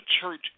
church